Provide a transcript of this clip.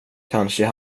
kanske